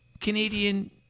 Canadian